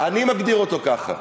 אני מגדיר אותו ככה.